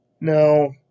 no